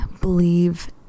believe